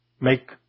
make